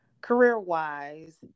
career-wise